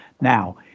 Now